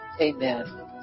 amen